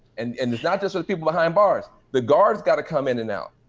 and and it's not just with people behind bars. the guards gotta come in and out.